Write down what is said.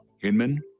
Hinman